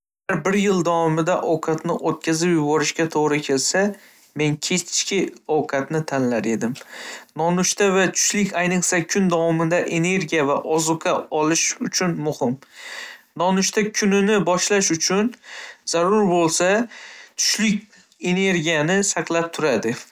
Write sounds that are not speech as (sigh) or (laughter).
(unintelligible) bir yil davomida ovqatni o'tkazib yuborishga to'g'ri kelsa, men kechki ovqatni tanlar edim. Nonushta va tushlik, ayniqsa, kun davomida energiya va ozuqa olish uchun muhim. Nonushta kunni boshlash uchun zarur bo'lsa, tushlik energiyani saqlab turadi.